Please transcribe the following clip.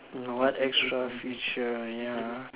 no what extra feature ya